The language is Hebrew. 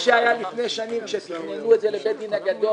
זה שהיה לפני שנים כשתכננו את זה לבית הדין הגדול